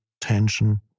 tension